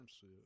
see